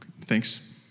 thanks